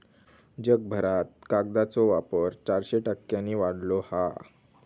जगभरात कागदाचो वापर चारशे टक्क्यांनी वाढलो हा